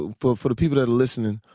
ah for for the people that are listening,